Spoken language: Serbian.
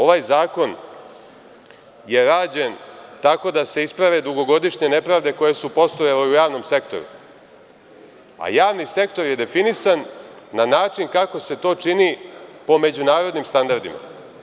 Ovaj zakon je rađen tako da se isprave dugogodišnje nepravde koje su postojale u javnom sektoru, a javni sektor je definisan na način kako se to čini po međunarodnim standardima.